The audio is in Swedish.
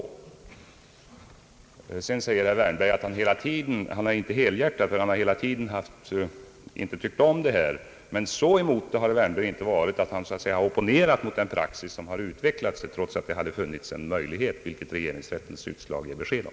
Vidare säger herr Wärnberg att han hela tiden inte har tyckt om det här förslaget. Men så starkt emot det har herr Wärnberg inte varit, då han inte har opponerat mot den praxis som har utvecklats, trots att det hade funnits en möjlighet härtill — det ger ju regeringsrättens utslag besked om.